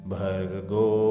Bhargo